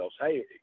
hey